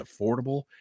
affordable